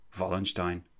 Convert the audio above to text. Wallenstein